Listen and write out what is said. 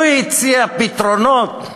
הוא הציע פתרונות.